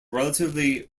relatively